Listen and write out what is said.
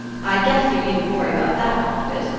i guess you needn't worry about that part of it.